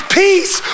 peace